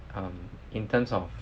um in terms of